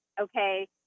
okay